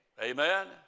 Amen